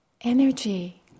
energy